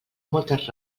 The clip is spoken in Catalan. moltes